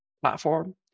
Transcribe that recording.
platform